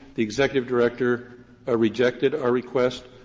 the executive director ah rejected our request.